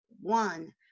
one